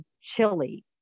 chili